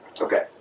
Okay